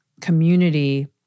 community